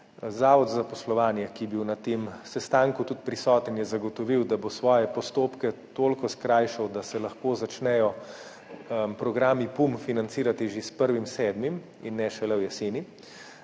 Zavod za zaposlovanje, ki je bil na tem sestanku tudi prisoten, je zagotovil, da bo svoje postopke toliko skrajšal, da se lahko začnejo programi PUM financirati že s 1. 7. in ne šele v jeseni.